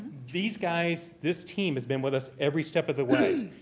these guys this team has been with us every step of the way.